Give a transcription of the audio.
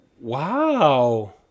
Wow